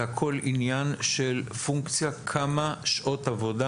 זה הכול עניין של פונקציה כמה שעות עבודה